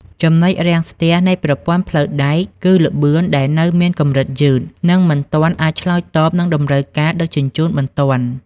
ចំណុចរាំងស្ទះនៃប្រព័ន្ធផ្លូវដែក គឺល្បឿនដែលនៅមានកម្រិតយឺត និងមិនទាន់អាចឆ្លើយតបនឹងតម្រូវការដឹកជញ្ជូនបន្ទាន់។